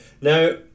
Now